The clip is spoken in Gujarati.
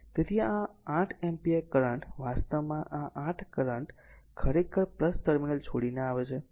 તેથી આ 8 એમ્પીયર કરંટ વાસ્તવમાં આ કરંટ ખરેખર ટર્મિનલ છોડીને આવે છે